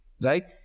right